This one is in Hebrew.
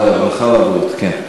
דיון בוועדת העבודה, הרווחה והבריאות.